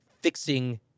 fixing